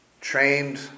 trained